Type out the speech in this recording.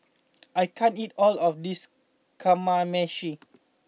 I can't eat all of this Kamameshi